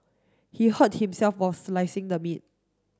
he hurt himself while slicing the meat